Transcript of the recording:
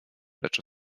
lecz